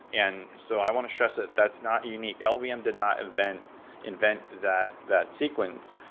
and so i want to stress that that's not unique. llvm um did not invent invent that that sequence.